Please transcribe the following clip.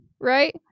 right